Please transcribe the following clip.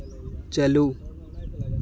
ᱪᱟᱹᱞᱩ